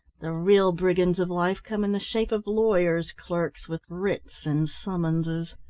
the real brigands of life come in the shape of lawyers' clerks with writs and summonses.